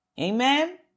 Amen